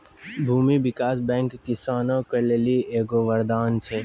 भूमी विकास बैंक किसानो के लेली एगो वरदान छै